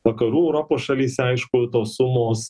vakarų europos šalyse aišku tos sumos